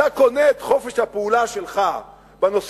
אתה קונה את חופש הפעולה שלך בנושא